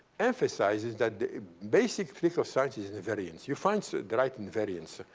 emphasizes that basic trick of science is and invariance. you find so the right invariance.